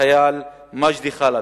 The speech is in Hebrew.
שהחייל מג'די חלבי,